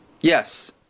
Yes